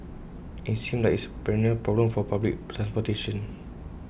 and IT seems like it's A perennial problem for public transportation